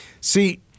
See